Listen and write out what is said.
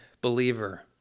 believer